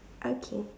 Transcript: okay